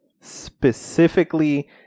specifically